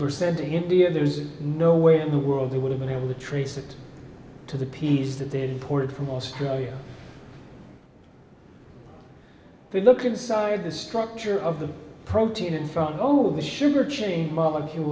percent india there's no way in the world they would have been able to trace it to the piece that they had imported from australia to look inside the structure of the protein and from all of the sugar chain molecule